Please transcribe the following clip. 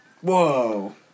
Whoa